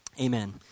Amen